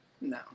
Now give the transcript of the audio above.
No